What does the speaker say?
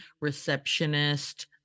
receptionist